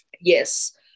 Yes